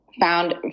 found